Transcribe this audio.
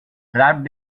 wrapped